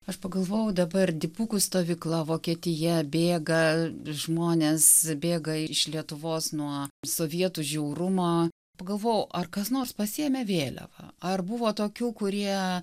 aš pagalvojau dabar dipukų stovykla vokietija bėga žmonės bėga iš lietuvos nuo sovietų žiaurumo pagalvojau ar kas nors pasiėmė vėliavą ar buvo tokių kurie